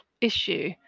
issue